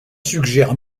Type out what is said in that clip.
suggèrent